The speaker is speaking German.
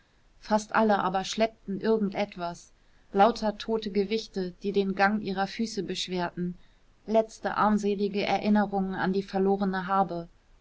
fast alle aber schleppten irgend etwas lauter tote gewichte die den gang ihrer füße beschwerten letzte armselige erinnerungen an die verlorene habe